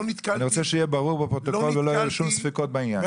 אני רוצה שיהיה ברור בפרוטוקול ולא יהיו שום ספקות בעניין.